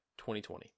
2020